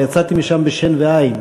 אבל יצאתי משם בשן ועין.